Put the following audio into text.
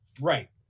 Right